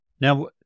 Now